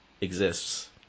exists